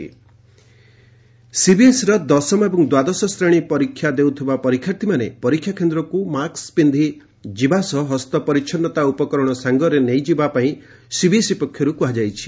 CBSE corona ସିବିଏସ୍ର ଦଶମ ଏବଂ ଦ୍ୱାଦଶ ଶ୍ରେଣୀ ପରୀକ୍ଷା ଦେଉଥିବା ପରିକ୍ଷାର୍ଥୀମାନେ ପରୀକ୍ଷା କେନ୍ଦ୍ରକୁ ମାସ୍କ ପିନ୍ଧି ଯିବା ସହ ହସ୍ତ ପରିଚ୍ଚନ୍ନତା ଉପକରଣ ସାଙ୍ଗରେ ନେଇ ଯିବା ପାଇଁ ସିବିଏସ୍ଇ ପକ୍ଷରୁ କୁହାଯାଇଛି